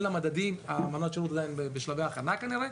אמנת השירות עדיין בשלבי הכנה כנראה,